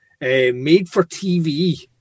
made-for-TV